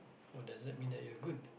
or does that mean that you are good